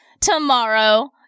tomorrow